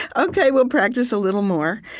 ok. we'll practice a little more.